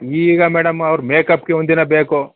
ಈಗ ಮೇಡಮ್ ಅವ್ರ ಮೇಕಪ್ಗೆ ಒಂದು ದಿನ ಬೇಕು